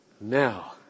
Now